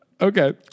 Okay